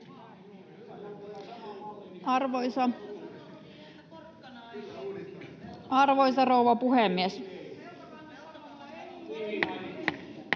Arvoisa rouva puhemies!